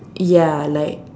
ya like